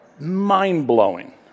mind-blowing